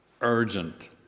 urgent